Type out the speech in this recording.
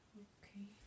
okay